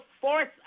force